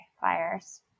fires